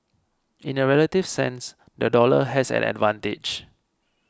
in a relative sense the dollar has an advantage